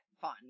fun